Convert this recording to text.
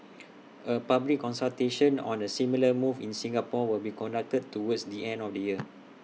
A public consultation on A similar move in Singapore will be conducted towards the end of the year